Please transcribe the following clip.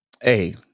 hey